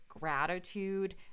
gratitude